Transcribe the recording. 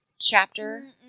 chapter